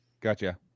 gotcha